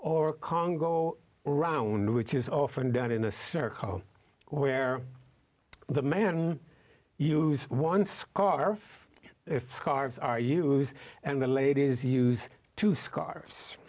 or congo around which is often done in a circle where the man use one scarf if scarves are used and the ladies use to scar